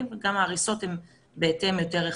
וגם הריסות הן בהתאם יותר רחבות.